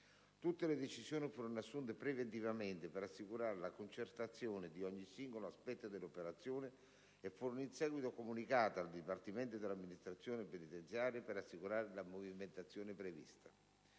Tutte le decisioni furono assunte preventivamente per assicurare la concertazione di ogni singolo aspetto dell'operazione e furono in seguito comunicate al dipartimento dell'amministrazione penitenziaria per assicurare la movimentazione prevista.